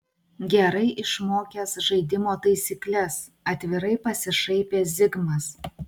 gerai išmokęs žaidimo taisykles atvirai pasišaipė zigmas